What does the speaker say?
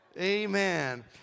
Amen